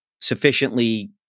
sufficiently